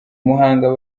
muhanga